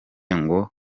ngo